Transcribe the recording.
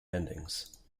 endings